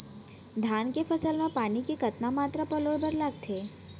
धान के फसल म पानी के कतना मात्रा पलोय बर लागथे?